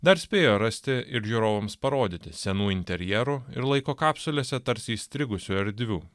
dar spėjo rasti ir žiūrovams parodyti senų interjerų ir laiko kapsulėse tarsi įstrigusių erdvių